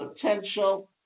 potential